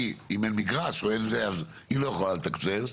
כי אם אין מגרש אז היא לא יכולה לתקצב,